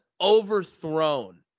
overthrown